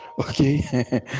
okay